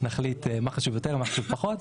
נחליט מה חשוב יותר ומה חשוב פחות,